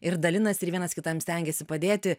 ir dalinasi ir vienas kitam stengiasi padėti